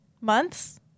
months